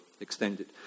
extended